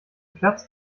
platz